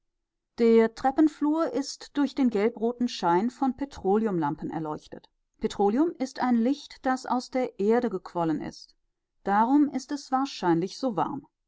der treppenflur ist durch den gelbroten schein von petroleumlampen erleuchtet petroleum ist ein licht das aus der erde gequollen ist darum ist es wahrscheinlich so warm